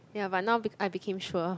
ya but now I I became sure